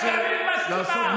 גם אם היא מסכימה.